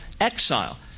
exile